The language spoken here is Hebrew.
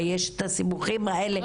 יש את הסיבוכים האלה.